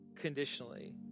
conditionally